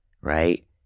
right